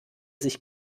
sich